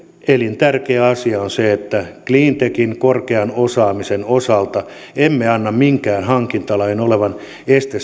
elintärkeä asia on se että cleantechin korkean osaamisen osalta emme anna minkään hankintalain olla este